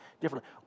differently